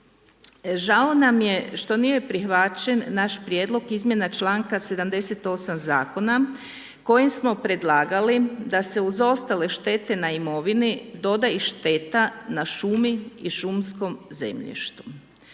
Žao nam je što nije prihvaćen naš prijedlog izmjena članka 78. Zakona kojim smo predlagali da se uz ostale štete na imovini doda i šteta na šumi i šumskom zemljištu.